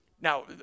Now